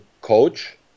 coach